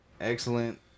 Excellent